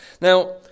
Now